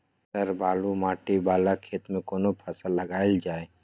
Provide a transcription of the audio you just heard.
Sir बालू माटी वाला खेत में केना फसल लगायल जाय?